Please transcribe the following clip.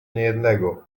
niejednego